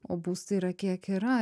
o būstai yra kiek yra